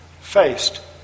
faced